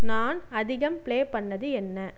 நான் அதிகம் ப்ளே பண்ணது என்ன